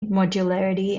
modularity